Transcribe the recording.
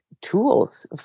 tools